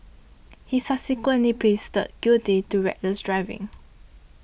he subsequently please the guilty to reckless driving